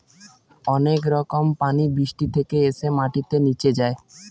অনেক রকম পানি বৃষ্টি থেকে এসে মাটিতে নিচে যায়